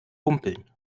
humpeln